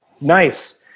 Nice